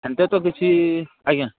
ହେନ୍ତା ତ କିଛି ଆଜ୍ଞା